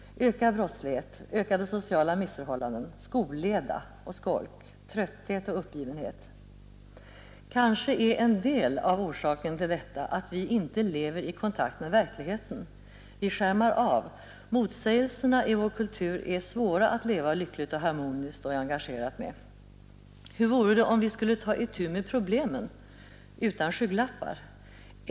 Ökad brottslighet, ökade sociala missförhållanden. Skolleda och skolk, trötthet och uppgivenhet. Kanske är en del av orsaken till detta att vi inte lever i kontakt med verkligheten. Vi skärmar av. Motsägelserna i vår kultur är svåra att leva lyckligt och harmoniskt och engagerat med. Hur vore det om vi skulle ta itu med problemen, utan skygglappar?